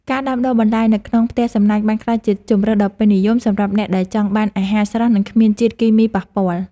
ការដាំដុះបន្លែនៅក្នុងផ្ទះសំណាញ់បានក្លាយជាជម្រើសដ៏ពេញនិយមសម្រាប់អ្នកដែលចង់បានអាហារស្រស់និងគ្មានជាតិគីមីប៉ះពាល់។